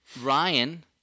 Ryan